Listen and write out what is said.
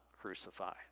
crucified